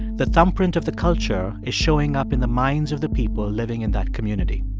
the thumbprint of the culture is showing up in the minds of the people living in that community.